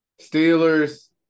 Steelers